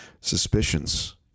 suspicions